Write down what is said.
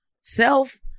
self